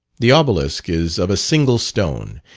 the obelisk is of a single stone,